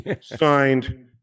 Signed